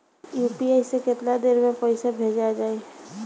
UPI से केतना देर मे पईसा भेजा जाई?